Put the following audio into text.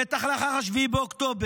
בטח לאחר 7 באוקטובר,